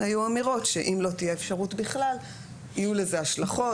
היו אמירות שאם לא תהיה אפשרות בכלל יהיו לזה השלכות,